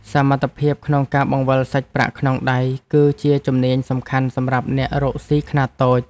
សមត្ថភាពក្នុងការបង្វិលសាច់ប្រាក់ក្នុងដៃ គឺជាជំនាញសំខាន់សម្រាប់អ្នករកស៊ីខ្នាតតូច។